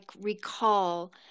recall